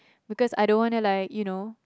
because I don't wanna like you know